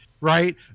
Right